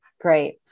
Great